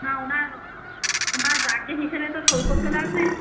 না ওনার ওনার গার্জেন হিসেবে তো সই করতে লাগবে